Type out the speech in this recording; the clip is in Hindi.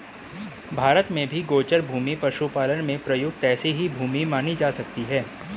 भारत में भी गोचर भूमि पशुपालन में प्रयुक्त ऐसी ही भूमि मानी जा सकती है